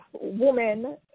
women